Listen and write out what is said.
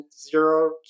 zero